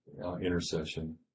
intercession